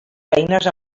feines